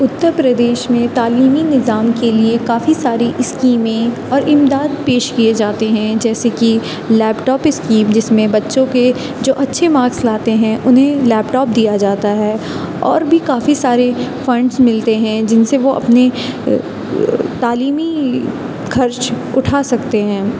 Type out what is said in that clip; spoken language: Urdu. اتر پردیش میں تعلیمی نظام کے لیے کافی ساری اسکیمیں اور امداد پیش کیے جاتے ہیں جیسے کہ لیپ ٹاپ اسکیم جس میں بچوں کے جو اچھے مارکس لاتے ہیں انہیں لیپ ٹاپ دیا جاتا ہے اور بھی کافی سارے فنڈس ملتے ہیں جن سے وہ اپنی تعلیمی خرچ اٹھا سکتے ہیں